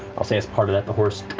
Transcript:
i'll say as part of that, the horse